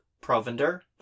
provender